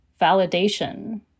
validation